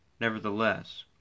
Nevertheless